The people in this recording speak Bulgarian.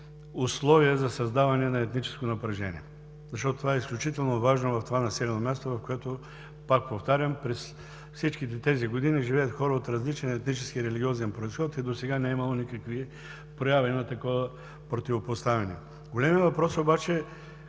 условия за създаване на етническо напрежение. Това е изключително важно за това населено място, в което, повтарям, през всичките тези години живеят хора от различен етнически и религиозен произход и досега не е имало никакви прояви на такова противопоставяне. Големият въпрос обаче